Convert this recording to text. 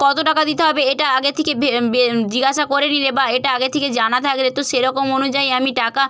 কত টাকা দিতে হবে এটা আগের থেকে জিজ্ঞাসা করে নিলে বা এটা আগের থেকে জানা থাকলে তো সেরকম অনুযায়ী আমি টাকা